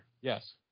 yes